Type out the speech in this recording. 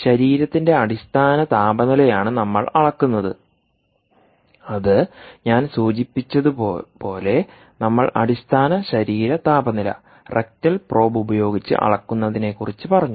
ശരീരത്തിന്റെ അടിസ്ഥാന താപനിലയാണ് നമ്മൾ അളക്കുന്നത് അത് ഞാൻ സൂചിപ്പിച്ചതുപോലെ നമ്മൾ അടിസ്ഥാന ശരീര താപനില റെക്ടൽ പ്രോബ് ഉപയോഗിച്ച് അളക്കുന്നതിനെക്കുറിച്ച് പറഞ്ഞു